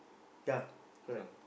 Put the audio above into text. ya correct